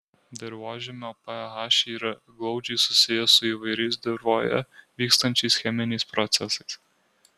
dirvožemio ph yra glaudžiai susijęs su įvairiais dirvoje vykstančiais cheminiais procesais